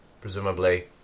presumably